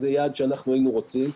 זה יעד שהיינו רוצים.